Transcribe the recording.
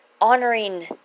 honoring